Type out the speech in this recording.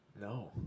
No